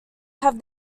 have